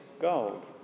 gold